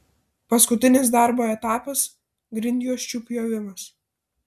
paskutinis darbo etapas grindjuosčių pjovimas